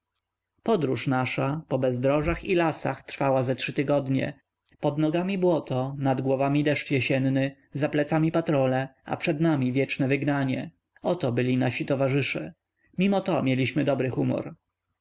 podróż nasza po bezdrożach i lasach trwała ze trzy tygodnie pod nogami błoto nad głowami deszcz jesienny za plecami patrole a przed nami wieczne wygnanie oto byli nasi towarzysze mimo to mieliśmy dobry humor